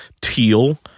teal